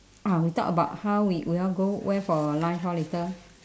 ah we talk about how we we all go where for lunch lor later